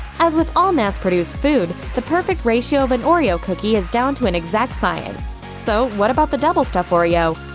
as with all mass-produced food, the perfect ratio of an oreo cookie is down to an exact science. so, what about the double stuf oreo?